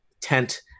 tent